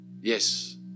Yes